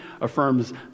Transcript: affirms